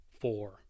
four